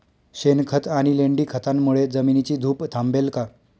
शेणखत आणि लेंडी खतांमुळे जमिनीची धूप थांबेल का?